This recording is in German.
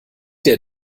der